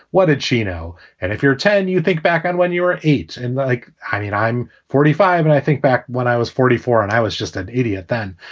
what did she know? and if you're ten, you think back on when you were eight. and like i mean, i'm forty five. and i think back when i was forty four and i was just an idiot then.